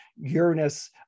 Uranus